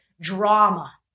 drama